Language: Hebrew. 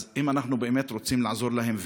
אז אם אנחנו באמת רוצים לעזור להם,